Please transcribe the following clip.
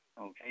Okay